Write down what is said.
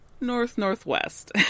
north-northwest